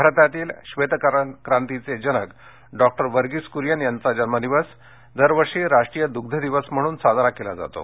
भारतातील बैत क्रांतीचे जनक डॉ वर्गीस कुरियन यांचा जन्म दिवस दरवर्षी राष्ट्रीय दृग्ध दिवस म्हणून साजरा केला जातो